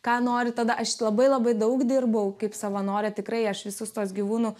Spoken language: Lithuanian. ką nori tada aš labai labai daug dirbau kaip savanorė tikrai aš visus tuos gyvūnų